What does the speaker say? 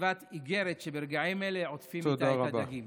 בכתיבת איגרת, שברגעים אלה עוטפים איתה את הדגים.